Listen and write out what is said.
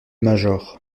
major